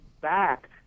back